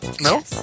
No